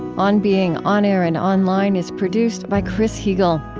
on being on-air and online is produced by chris heagle.